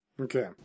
Okay